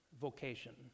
vocation